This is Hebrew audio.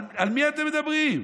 על מי אתם מדברים?